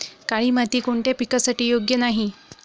काळी माती कोणत्या पिकासाठी योग्य नाही?